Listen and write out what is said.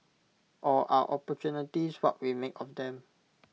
or are opportunities what we make of them